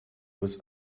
was